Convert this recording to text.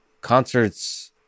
concerts